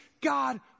God